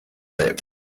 lived